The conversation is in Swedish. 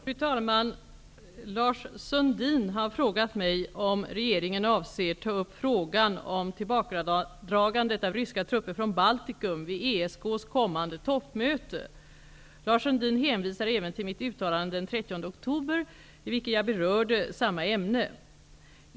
Fru talman! Lars Sundin har frågat mig om regeringen avser att ''ta upp frågan om tillbakadragandet av ryska trupper från Baltikum vid ESK:s kommande toppmöte''. Lars Sundin hänvisar även till mitt uttalande den 30 oktober, i vilket jag berörde samma ämne.